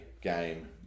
game